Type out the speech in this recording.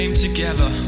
together